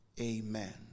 Amen